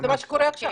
שקורה עכשיו.